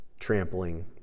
trampling